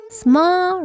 small